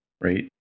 right